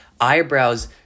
eyebrows